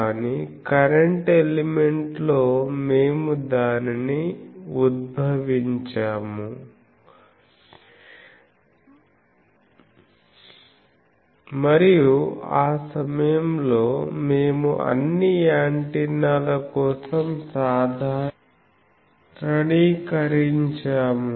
కానీ current element లో మేము దానిని ఉద్భవించాము మరియు ఆ సమయంలో మేము అన్ని యాంటెన్నాల కోసం సాధారణీకరించాము